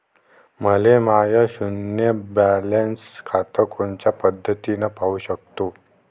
मी माय शुन्य बॅलन्स खातं कोनच्या पद्धतीनं पाहू शकतो?